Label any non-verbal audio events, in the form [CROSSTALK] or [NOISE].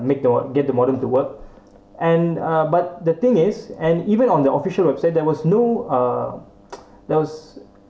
make to get the modem to work and uh but the thing is and even on their official website there was no uh [NOISE] there was